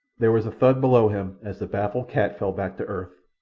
there was a thud below him as the baffled cat fell back to earth,